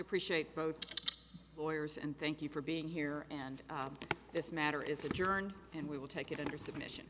appreciate both lawyers and thank you for being here and this matter is adjourned and we will take it under submission